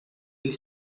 ele